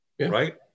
right